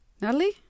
Natalie